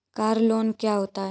Car loan क्या होता है?